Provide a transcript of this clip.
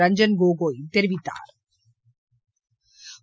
ரஞ்சன் கோகாய் தெரிவித்தாா்